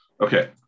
Okay